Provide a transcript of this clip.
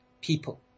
people